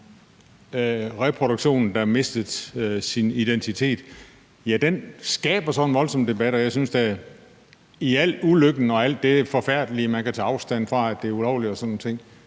reproduktion, der mistede sin identitet, skaber så en voldsom debat. Og jeg synes da, at i al ulykken og alt det forfærdelige – og man kan tage afstand fra det, og det er ulovligt og sådan nogle ting,